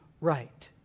right